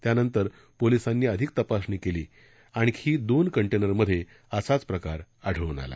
त्यानंतर पोलिसांनी अधिक तपासणी केली आणखी आणखी दोन कंटेनरमध्ये असाच प्रकार आढळून आला